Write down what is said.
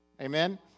Amen